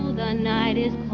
the night is